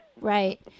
Right